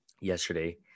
yesterday